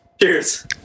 Cheers